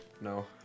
No